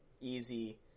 easy